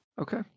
okay